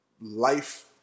life